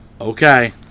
okay